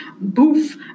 Boof